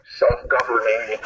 self-governing